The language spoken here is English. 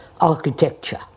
architecture